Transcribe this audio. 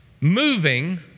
moving